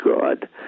God